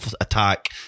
attack